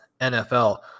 NFL